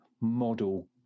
model